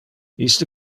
iste